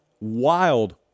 Wild